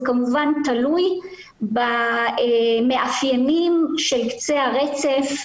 זה כמובן תלוי במאפיינים של קצה הרצף,